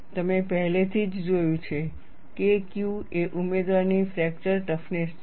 તમે પહેલેથી જ જોયું છે KQ એ ઉમેદવારની ફ્રેક્ચર ટફનેસ છે